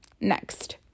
next